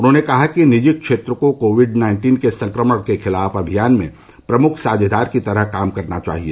उन्होंने कहा कि निजी क्षेत्र को कोविड नाइन्टीन के संक्रमण के खिलाफ अभियान में प्रमुख साझेदार की तरह काम करना चाहिए